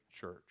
church